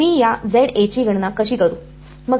मी या ची गणना कशी करू